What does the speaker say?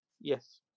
Yes